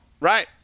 Right